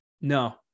no